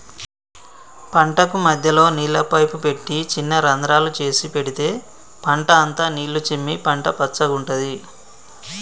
పంటకు మధ్యలో నీళ్ల పైపు పెట్టి చిన్న రంద్రాలు చేసి పెడితే పంట అంత నీళ్లు చిమ్మి పంట పచ్చగుంటది